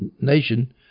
nation